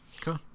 Cool